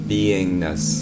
Beingness